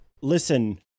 listen